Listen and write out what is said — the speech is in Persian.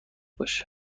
باشه